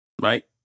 Right